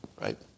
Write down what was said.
right